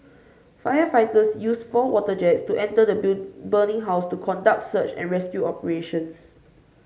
firefighters used four water jets to enter the burning house to conduct search and rescue operations